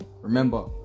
remember